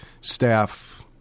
staff